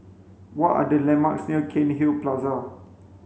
what are the landmarks near Cairnhill Plaza